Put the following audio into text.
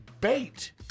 bait